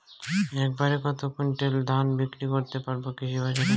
এক বাড়ে কত কুইন্টাল ধান বিক্রি করতে পারবো কৃষক বাজারে?